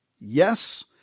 yes